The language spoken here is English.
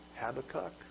Habakkuk